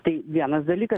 tai vienas dalyka